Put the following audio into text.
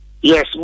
Yes